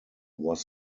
was